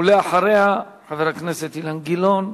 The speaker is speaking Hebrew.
ואחריה, חבר הכנסת אילן גילאון.